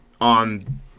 on